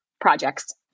projects